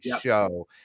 show